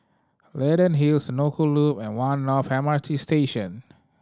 Leyden Hill Senoko Loop and One North M R T Station